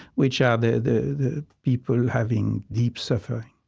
which are the the people having deep suffering.